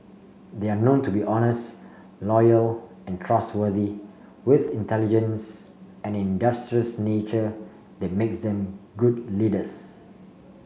they are known to be honest loyal and trustworthy with intelligence and an industrious nature that makes them good leaders